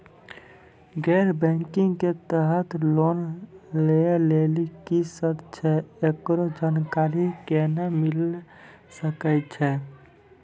गैर बैंकिंग के तहत लोन लए लेली की सर्त छै, एकरो जानकारी केना मिले सकय छै?